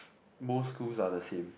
most schools are the same